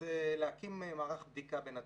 הוא להקים מערך בדיקה בנתב"ג.